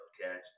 catch